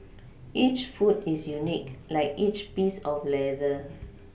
each foot is unique like each piece of leather